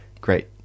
great